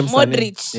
Modric